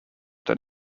than